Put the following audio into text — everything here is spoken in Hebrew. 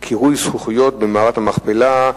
הצורך בקירוי במערת המכפלה,